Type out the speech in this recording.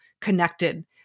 connected